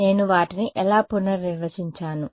నేను వాటిని ఎలా పునర్నిర్వచించాను